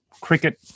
cricket